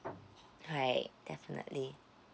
right definitely